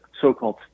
so-called